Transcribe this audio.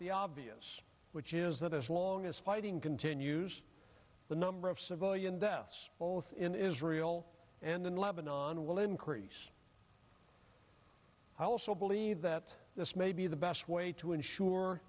the obvious which is that as long as fighting continues the number of civilian deaths both in israel and in lebanon will increase i also believe that this may be the best way to ensure